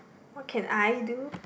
what can I do